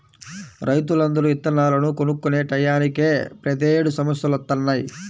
రైతులందరూ ఇత్తనాలను కొనుక్కునే టైయ్యానినే ప్రతేడు సమస్యలొత్తన్నయ్